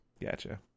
Gotcha